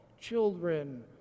children